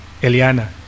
Eliana